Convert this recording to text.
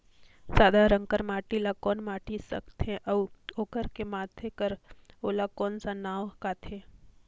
सादा रंग कर माटी ला कौन माटी सकथे अउ ओकर के माधे कर रथे ओला कौन का नाव काथे?